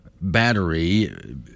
battery